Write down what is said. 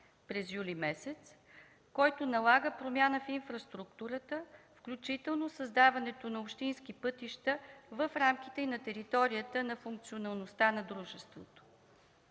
година, който налага промяна в инфраструктурата, включително създаването на общински пътища в рамките и на територията на функционалността на дружеството.